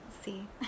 see